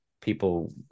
people